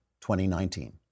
2019